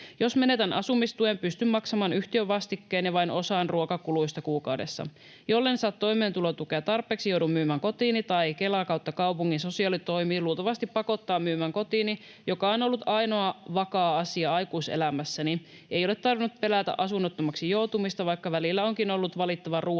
Jos menetän asumistuen, pystyn maksamaan yhtiövastikkeen ja vain osan ruokakuluista kuukaudessa. Jollen saa toimeentulotukea tarpeeksi, joudun myymään kotini, tai Kela / kaupungin sosiaalitoimi luultavasti pakottaa myymään kotini, joka on ollut ainoa vakaa asia aikuiselämässäni — ei ole tarvinnut pelätä asunnottomaksi joutumista, vaikka välillä onkin ollut valittava ruoan